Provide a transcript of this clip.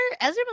Ezra